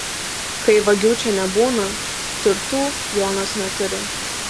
kai vagių čia nebūna turtų jonas neturi